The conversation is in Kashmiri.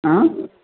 ہہ